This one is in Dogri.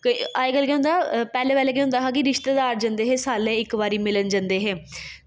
अज्ज कल केह् होंदा पैह्लें पैह्लें केह् होंदा हा कि रिश्तेदार जंदे हे साल्लै दे इक बारी मिलन जंदे हे